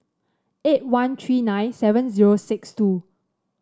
eight one three nine seven zero six two